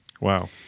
Wow